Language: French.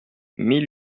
mille